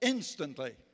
Instantly